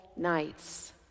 nights